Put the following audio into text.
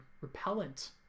repellent